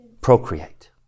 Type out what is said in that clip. Procreate